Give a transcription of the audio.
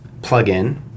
plugin